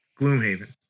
Gloomhaven